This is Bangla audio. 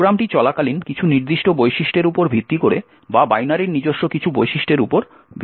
প্রোগ্রামটি চলাকালীন কিছু নির্দিষ্ট বৈশিষ্ট্যের উপর ভিত্তি করে বা বাইনারির নিজস্ব কিছু বৈশিষ্ট্যের উপর ভিত্তি করে